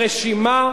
הרשימה,